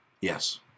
Yes